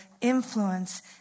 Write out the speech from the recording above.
influence